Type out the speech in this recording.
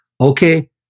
Okay